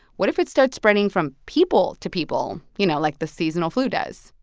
what if it starts spreading from people to people, you know, like the seasonal flu does?